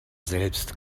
selbst